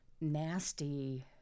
nasty